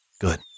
Good